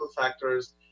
factors